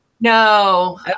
No